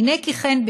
הינה כי כן,